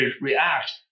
react